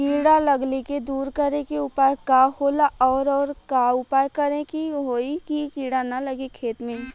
कीड़ा लगले के दूर करे के उपाय का होला और और का उपाय करें कि होयी की कीड़ा न लगे खेत मे?